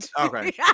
Okay